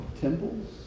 temples